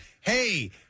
hey